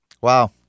Wow